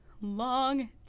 long